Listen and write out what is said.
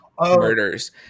murders